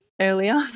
earlier